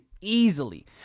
easily